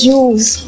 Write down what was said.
use